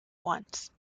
once